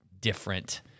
different